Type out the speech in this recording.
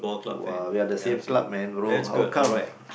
[wah] we're the same club man bro how come